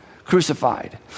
crucified